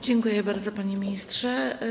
Dziękuję bardzo, panie ministrze.